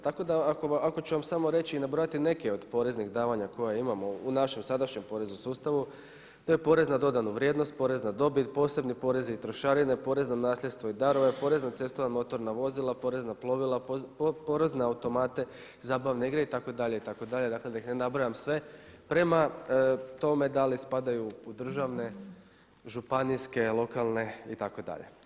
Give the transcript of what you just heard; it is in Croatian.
Tako da ako ću vam samo reći i nabrojati neke od poreznih davanja koja imamo u našem sadašnjem poreznom sustavu to je porez na dodanu vrijednost, porez na dobit, posebni porezi, trošarine, porez na nasljedstvo i darove, porez na cestovna motorna vozila, porez na plovila, porez na automate, zabavne igre itd., itd. da ih ne nabrajam sve, prema tome da li spadaju u državne, županijske, lokalne itd.